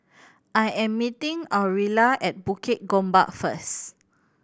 I am meeting Aurilla at Bukit Gombak first